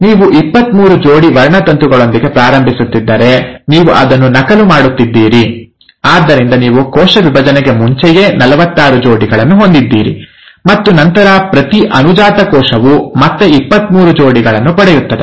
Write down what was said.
ನೀವು ಇಪ್ಪತ್ಮೂರು ಜೋಡಿ ವರ್ಣತಂತುಗಳೊಂದಿಗೆ ಪ್ರಾರಂಭಿಸುತ್ತಿದ್ದರೆ ನೀವು ಅದನ್ನು ನಕಲು ಮಾಡುತ್ತಿದ್ದೀರಿ ಆದ್ದರಿಂದ ನೀವು ಕೋಶ ವಿಭಜನೆಗೆ ಮುಂಚೆಯೇ ನಲವತ್ತಾರು ಜೋಡಿಗಳನ್ನು ಹೊಂದಿದ್ದೀರಿ ಮತ್ತು ನಂತರ ಪ್ರತಿ ಅನುಜಾತ ಕೋಶವು ಮತ್ತೆ ಇಪ್ಪತ್ಮೂರು ಜೋಡಿಗಳನ್ನು ಪಡೆಯುತ್ತದೆ